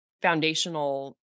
foundational